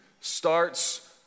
starts